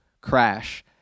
crash